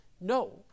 No